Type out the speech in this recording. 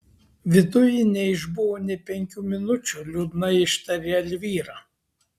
viduj ji neišbuvo nė penkių minučių liūdnai ištarė elvyra